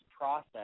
process